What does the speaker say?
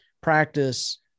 practice